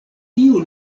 tiu